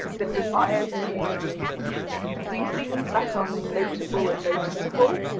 the desire to do things that are notable and noticeable.